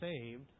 saved